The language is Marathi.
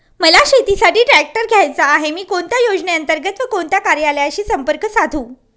मला शेतीसाठी ट्रॅक्टर घ्यायचा आहे, मी कोणत्या योजने अंतर्गत व कोणत्या कार्यालयाशी संपर्क साधू?